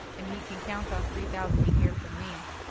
and he can count on three thousand a year from me.